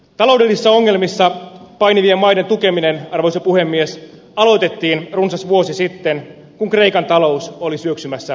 taloudellisissa ongelmissa painivien maiden tukeminen aloitettiin runsas vuosi sitten kun kreikan talous oli syöksymässä katastrofiin